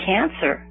Cancer